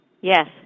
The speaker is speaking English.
Yes